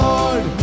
Lord